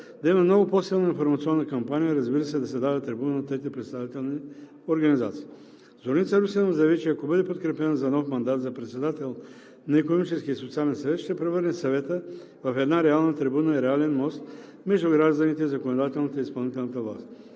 да има много по-силна информационна кампания и, разбира се, да се дава трибуната на трите представителни организации. Зорница Русинова заяви, че ако бъде подкрепена за нов мандат за председател на Икономическия и социален съвет, ще превърне Съвета в една реална трибуна и реален мост между гражданите и законодателната и изпълнителната власт.